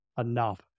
enough